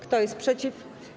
Kto jest przeciw?